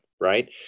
right